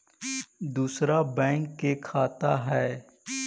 दुसरे बैंक के खाता हैं?